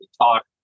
talk